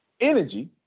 energy